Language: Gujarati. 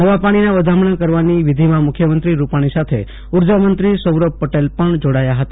નવા પાણીના વધામણાં કરવાની વિધિમાં મુખ્યમંત્રી રૂપાણી સાથે ઉર્જામંત્રી સૌરલ પટેલ પણ જાડાયા હતા